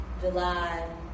July